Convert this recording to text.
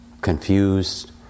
confused